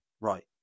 Right